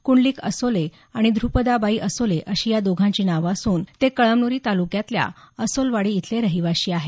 कुंडलीक असोले आणि ध्रुपदाबाई असोले अशी या दोघांची नावं असून ते कळमनुरी तालुक्यातल्या असोलवाडी इथले रहीवाशी आहेत